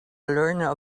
learner